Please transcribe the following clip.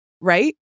right